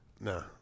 No